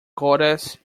goddess